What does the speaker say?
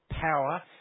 power